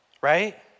right